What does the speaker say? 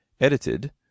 Edited